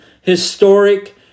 historic